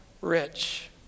rich